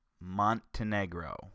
Montenegro